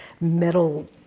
metal